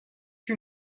you